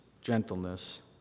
gentleness